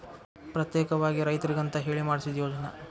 ಪ್ರತ್ಯೇಕವಾಗಿ ರೈತರಿಗಂತ ಹೇಳಿ ಮಾಡ್ಸಿದ ಯೋಜ್ನಾ